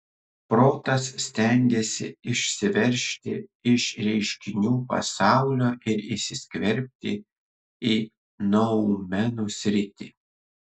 protas stengiasi išsiveržti iš reiškinių pasaulio ir įsiskverbti į noumenų sritį